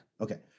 Okay